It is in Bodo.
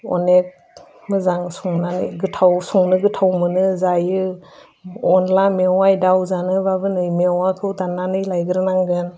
अनेक मोजां संनानै गोथाव संनो गोथाव मोनो जायो अनला मेवाय दाउ जानोबाबो नों मेवाखौ दाननानै लायग्रोनांगोन